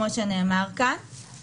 כמו שנאמר כאן,